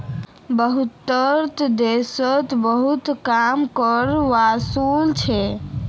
बहुतेते देशोत बहुत कम कर वसूल छेक